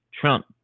Trump